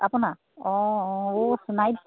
আপোনাৰ অঁ অঁ সোণাৰিত